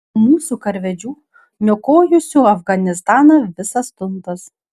mūsų karvedžių niokojusių afganistaną visas tuntas